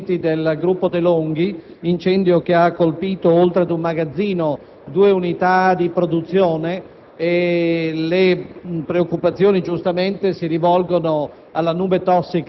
negli stabilimenti del gruppo De Longhi, incendio che ha colpito, oltre ad un magazzino, due unità di produzione. Le preoccupazioni si rivolgono